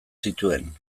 zituen